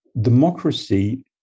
Democracy